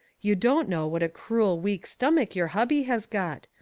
you don't know what a cruel, weak stomach your hubby has got,